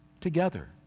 together